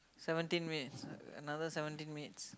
seventeen minutes another seventeen minutes